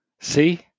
See